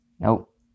Nope